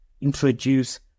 introduce